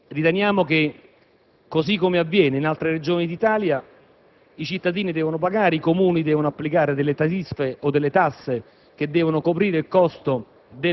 osservazioni che riguardano la tariffa. Riteniamo che il costo dell'emergenza non possa essere pagato dai cittadini e che,